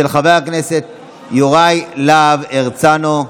של חבר הכנסת יוראי להב הרצנו.